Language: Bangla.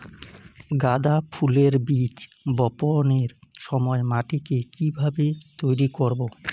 গাদা ফুলের বীজ বপনের সময় মাটিকে কিভাবে তৈরি করব?